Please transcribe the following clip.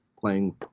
playing